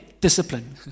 discipline